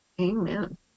Amen